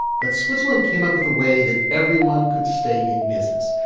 but switzerland came up with a way that everyone could stay in business,